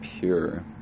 pure